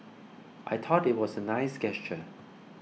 I thought it was a nice gesture